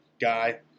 guy